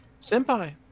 Senpai